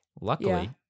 Luckily